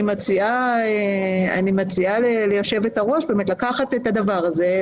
אני מציעה ליושבת הראש לקחת את הדבר הזה,